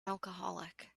alcoholic